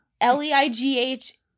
L-E-I-G-H